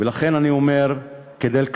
ולכן אני אומר כדלקמן: